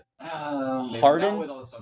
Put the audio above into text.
Harden